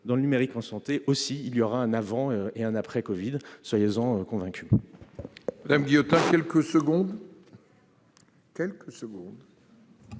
dans le numérique en santé aussi, il y aura un avant et un après Covid-19 ; soyez-en convaincue